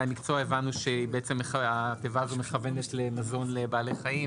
המקצוע הבנו שהתיבה הזו בעצם מכוונת למזון לבעלי חיים,